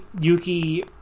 Yuki